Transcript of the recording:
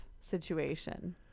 situation